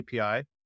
API